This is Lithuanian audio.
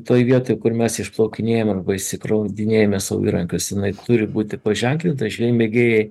toj vietoj kur mes išplaukinėjam arba įsikraudinėjame įrankius jinai turi būti paženklinta žvejai mėgėjai